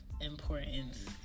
importance